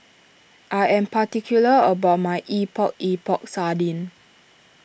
I am particular about my Epok Epok Sardin